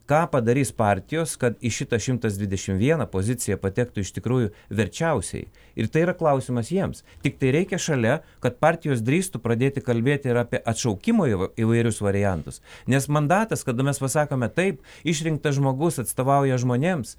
ką padarys partijos kad į šitą šimtas dvidešim vieną poziciją patektų iš tikrųjų verčiausiai ir tai yra klausimas jiems tiktai reikia šalia kad partijos drįstų pradėti kalbėti ir apie atšaukimo įva įvairius variantus nes mandatas kada mes pasakome taip išrinktas žmogus atstovauja žmonėms